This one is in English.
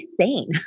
sane